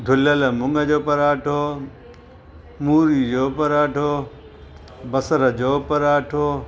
धुलियल मूंग जो पराठो मूरी जो पराठो बसर जो पराठो